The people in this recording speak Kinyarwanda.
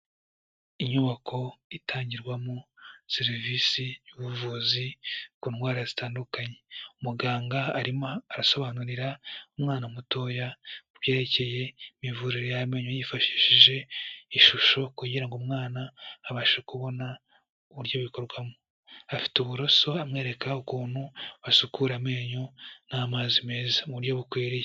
Inyubako itangirwamo serivisi y'ubuvuzi ku ndwara zitandukanye, muganga arimo arasobanurira umwana mutoya ku byerekeye imivurire y'amenyo yifashishije ishusho kugira ngo umwana abashe kubona uburyo bikorwamo, afite uburoso amwereka ukuntu basukura amenyo n'amazi meza mu buryo bukwiriye.